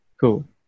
cool